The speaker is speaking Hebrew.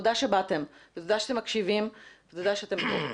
תודה שבאתם ותודה שאתם מקשיבים ותודה שאתם פה.